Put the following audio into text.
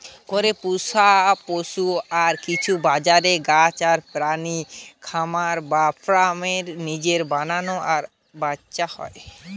ঘরে পুশা পশু আর কিছু বাজারের গাছ আর প্রাণী খামার বা ফার্ম এর জিনে বানানা আর ব্যাচা হয়